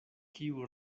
kiu